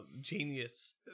genius